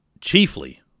Chiefly